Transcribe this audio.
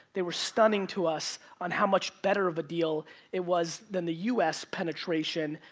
they were stunning to us on how much better of a deal it was than the u s. penetration.